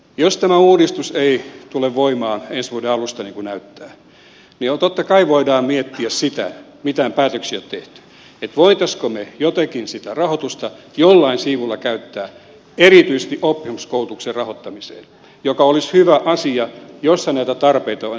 jos tämä uudistus ei tule voimaan ensi vuoden alusta niin kuin näyttää niin totta kai voidaan miettiä sitä mitään päätöksiä ei ole tehty voisimmeko me jotenkin sitä rahoitusta jollain siivulla käyttää erityisesti oppisopimuskoulutuksen rahoittamiseen mikä olisi hyvä asia missä näitä tarpeita on erittäin paljon